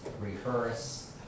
rehearse